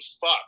fuck